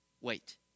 wait